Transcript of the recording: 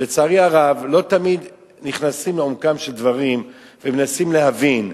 לצערי הרב לא תמיד נכנסים לעומקם של דברים ומנסים להבין.